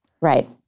Right